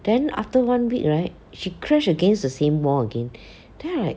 then after one week right she crash against the same wall again then I like